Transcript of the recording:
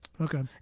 Okay